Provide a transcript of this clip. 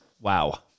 Wow